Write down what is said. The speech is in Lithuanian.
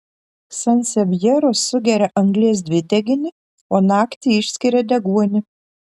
sansevjeros sugeria anglies dvideginį o naktį išskiria deguonį